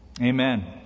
amen